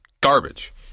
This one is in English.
garbage